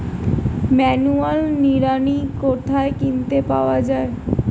Manual নিড়ানি কোথায় কিনতে পাওয়া যায়?